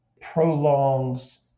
prolongs